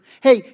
hey